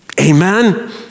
Amen